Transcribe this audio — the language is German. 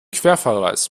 querverweis